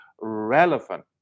relevant